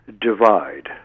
divide